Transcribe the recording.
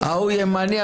ההוא ימני,